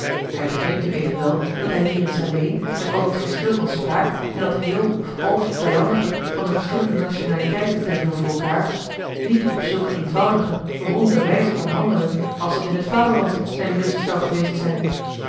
hij begreep nu evenwel dat hij hier in salé met al dat verschil van spraak en dat heel of half vijandige van de verschillende nationaliteiten tegenover elkaar niet op zulk een eenvoudige ronde wijze kon handelen als dat in het vaderland zijn lust zou geweest zijn